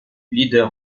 leader